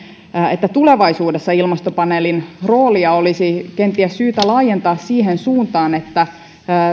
että tulevaisuudessa ilmastopaneelin roolia olisi kenties syytä laajentaa siihen suuntaan että